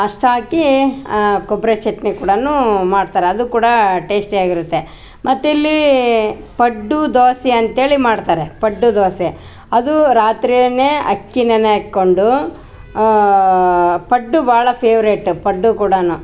ಅಸ್ಟಾಕಿ ಕೊಬ್ಬರಿ ಚಟ್ನಿ ಕೂಡಾನು ಮಾಡ್ತಾರೆ ಅದು ಕೂಡ ಟೇಸ್ಟಿ ಆಗಿರುತ್ತೆ ಮತ್ತು ಇಲ್ಲಿ ಪಡ್ಡು ದೋಸೆ ಅಂತ್ಹೇಳಿ ಮಾಡ್ತಾರೆ ಪಡ್ಡು ದೋಸೆ ಅದು ರಾತ್ರೀನೇ ಅಕ್ಕಿ ನೆನೆ ಕೊಂಡು ಪಡ್ಡು ಭಾಳ ಫೇವ್ರೇಟ್ ಪಡ್ಡು ಕೂಡಾನು